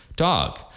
dog